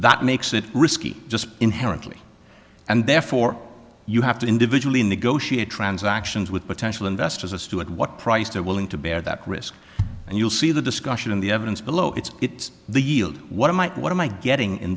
that makes it risky just inherently and therefore you have to individually negotiate transactions with potential investors as to at what price they're willing to bear that risk and you'll see the discussion in the evidence below it's it's the yield what might what am i getting in